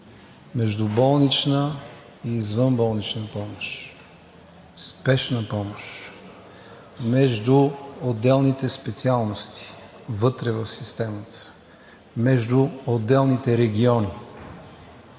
между болнична и извънболнична помощ, спешна помощ, между отделните специалности вътре в системата, между отделните региони.